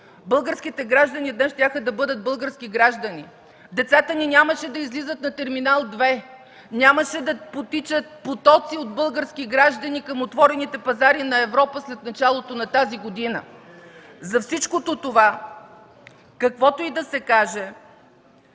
българските граждани днес щяха да бъдат български граждани, а децата ни нямаше да излизат на Терминал 2, нямаше да потичат потоци от български граждани към отворените пазари на Европа в началото на тази година. За всичкото това, каквото и да се каже,